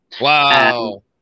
wow